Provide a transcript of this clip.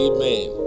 Amen